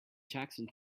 jackson